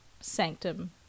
sanctum